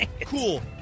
cool